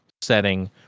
setting